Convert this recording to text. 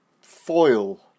foil